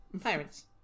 pirates